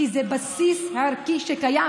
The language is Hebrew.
כי זה בסיס ערכי שקיים.